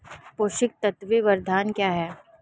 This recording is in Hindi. पोषक तत्व प्रबंधन क्या है?